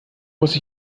muss